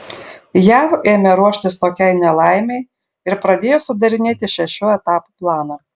jav ėmė ruoštis tokiai nelaimei ir pradėjo sudarinėti šešių etapų planą